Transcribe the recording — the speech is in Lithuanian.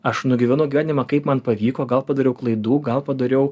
aš nugyvenau gyvenimą kaip man pavyko gal padariau klaidų gal padariau